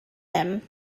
him